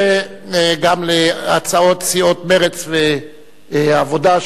וגם הצעת סיעות מרצ והעבודה,